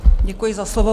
Děkuji za slovo.